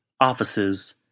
offices